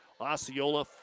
Osceola